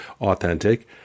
authentic